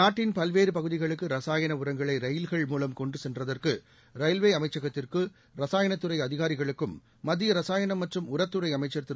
நாட்டின் பல்வேறு பகுதிகளுக்கு ரசாயன உரங்களை ரயில்கள் மூலம் கொண்டு சென்ற்தற்கு ரயில்வே அமைச்சகத்திற்கும் ரசாயணத் துறை அதிகாரிகளுக்கும் மத்திய ரசாயணம் மற்றும் உரத்துறை அமைச்சர் திரு